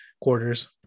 quarters